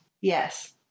Yes